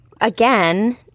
again